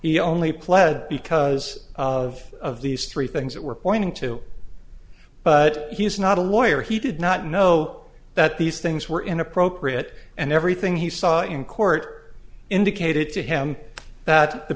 he only pled because of these three things that were pointing to but he's not a lawyer he did not know that these things were inappropriate and everything he saw in court indicated to him that the